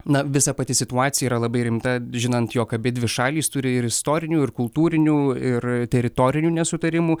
na visa pati situacija yra labai rimta žinant jog abidvi šalys turi ir istorinių ir kultūrinių ir teritorinių nesutarimų